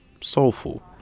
soulful